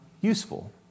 useful